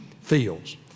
feels